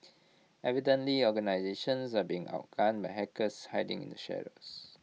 evidently organisations are being outgun by hackers hiding in the shadows